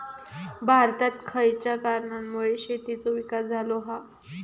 भारतात खयच्या कारणांमुळे शेतीचो विकास झालो हा?